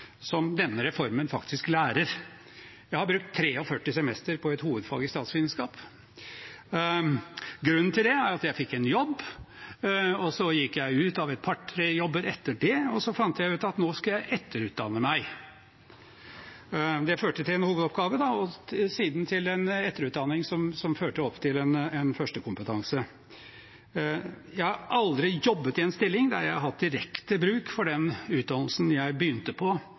som denne reformen faktisk lærer. Jeg har brukt 43 semester på et hovedfag i statsvitenskap. Grunnen til det er at jeg fikk en jobb, så gikk jeg ut av et par–tre jobber etter det, og så fant jeg ut at nå skal jeg etterutdanne meg. Det førte til en hovedoppgave og siden til en etterutdanning som førte til en førstekompetanse. Jeg har aldri jobbet i en stilling der jeg har hatt direkte bruk for den utdannelsen jeg begynte på